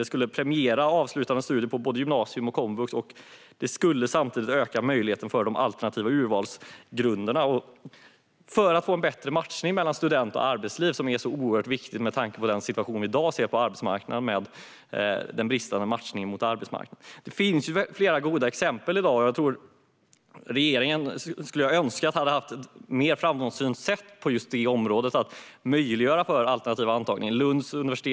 Det skulle premiera avslutade studier på både gymnasium och komvux och samtidigt öka möjligheten för de alternativa urvalsgrunderna och för att få en bättre matchning mellan student och arbetsliv, som är så oerhört viktigt med tanke på dagens situation med den bristande matchningen mot arbetsmarknaden. Det finns flera goda exempel i dag. Jag skulle önska att regeringen hade haft ett mer framgångsrikt synsätt på området och möjliggjort alternativa antagningar.